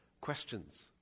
questions